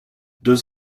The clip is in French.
deux